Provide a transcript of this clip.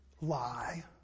Lie